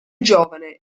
giovane